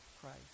Christ